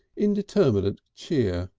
indeterminate cheer.